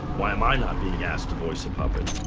why am i not being asked to voice a puppet?